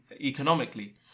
economically